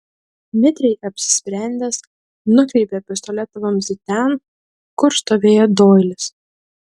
mitriai apsisprendęs nukreipė pistoleto vamzdį ten kur stovėjo doilis